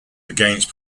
against